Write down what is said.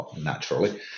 naturally